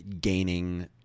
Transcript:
gaining